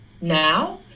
now